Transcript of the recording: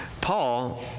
Paul